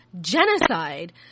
genocide